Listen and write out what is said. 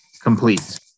complete